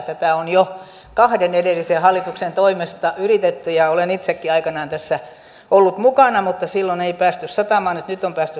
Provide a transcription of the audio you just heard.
tätä on jo kahden edellisen hallituksen toimesta yritetty ja olen itsekin aikanaan tässä ollut mukana mutta silloin ei päästy satamaan nyt on päästy satamaan